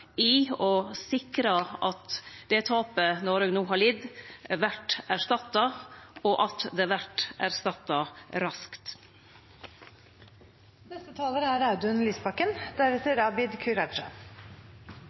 i å sikre at det tapet Noreg no har lidt, vert erstatta, og at det vert erstatta